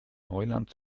neuland